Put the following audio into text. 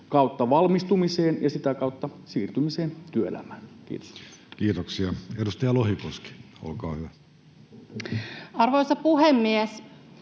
kautta valmistumiseen ja sitä kautta siirtymiseen työelämään. — Kiitos. Kiitoksia. — Edustaja Lohikoski, olkaa hyvä. Arvoisa puhemies!